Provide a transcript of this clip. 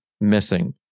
missing